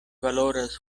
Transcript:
valoras